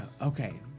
Okay